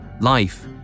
Life